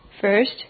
First